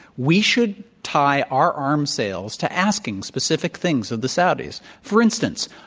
we should tie our arms sales to asking specific things of the saudis. for instance,